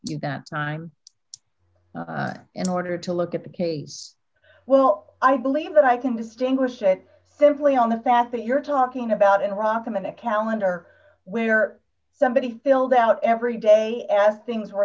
you that time in order to look at the case well i believe that i can distinguish it simply on the fact that you're talking about in iraq i'm in a calendar where somebody filled out every day f things were